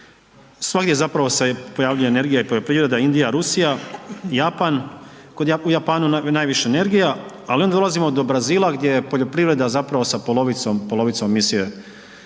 svagdje zapravo se pojavljuje i energija i poljoprivreda, Indija, Rusija, Japan. U Japanu najviše energija, ali onda dolazimo do Brazila gdje je poljoprivreda zapravo sa polovicom misije